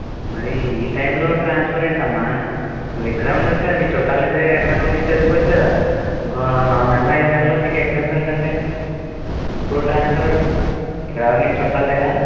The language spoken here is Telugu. మరీ ఈ టైంలో ట్రాన్స్ఫర్ ఏంటమ్మా నువ్వు ఇక్కడే ఉండవచ్చుగా మీ చుట్టాలు ఇంటి దగ్గర ఎక్కడైనా ఉండి చదువుకోవచ్చు కదా ఇంకో నాలుగు నెలలు అయిదు నెలల్లో మీకు ఎగ్జామ్స్ ఉంటుంటేను ఇప్పుడు ట్రాన్స్ఫర్ అడుగుతున్నావు ఇక్కడ ఎవరూ నీకు చుట్టాలు లేరా